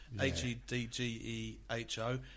H-E-D-G-E-H-O